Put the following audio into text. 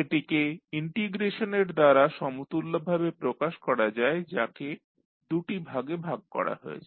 এটিকে ইন্টিগ্রেশনের দ্বারা সমতুল্যভাবে প্রকাশ করা যায় যাকে দুটি ভাগে ভাগ করা হয়েছে